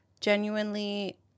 genuinely